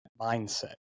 mindset